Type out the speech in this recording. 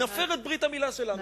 נפר את ברית המילה שלנו.